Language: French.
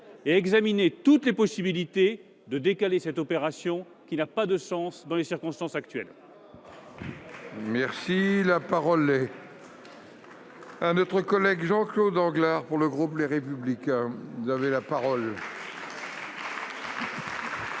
et d'examiner toutes les possibilités de décaler cette opération, qui n'a pas de sens dans les circonstances actuelles. La parole est à M. Jean-Claude Anglars, pour le groupe Les Républicains. Ma question